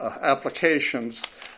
applications